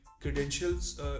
credentials